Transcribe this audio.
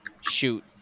Shoot